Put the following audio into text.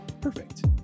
Perfect